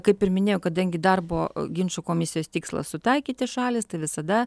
kaip ir minėjau kadangi darbo ginčų komisijos tikslas sutaikyti šalis tai visada